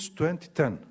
2010